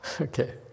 Okay